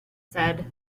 said